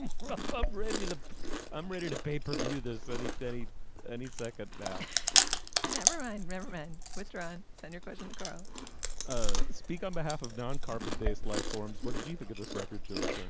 and brewpub ready. like i'm ready to pay per view this i need any second now never mind reverend withdrawn send your question the girl ah speak on behalf of non carbon based lifeforms. what did you think of this record julia